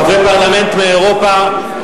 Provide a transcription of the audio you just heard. חברי פרלמנט מאירופה,